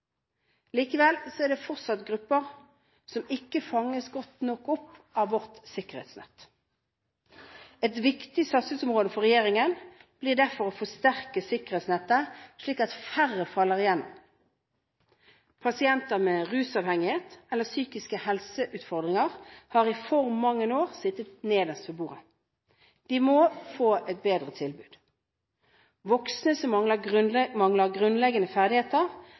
Likevel er det fortsatt grupper som ikke fanges godt nok opp av vårt sikkerhetsnett. Et viktig satsingsområde for regjeringen blir derfor å forsterke sikkerhetsnettet, slik at færre faller gjennom. Pasienter med rusavhengighet eller psykiske helseutfordringer har i for mange år sittet nederst ved bordet. De må få et bedre tilbud. Voksne som mangler grunnleggende ferdigheter,